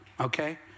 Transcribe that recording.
okay